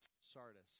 Sardis